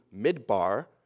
Midbar